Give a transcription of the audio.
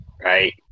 right